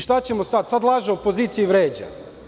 Šta ćemo sad, sad laže opozicija i vređa?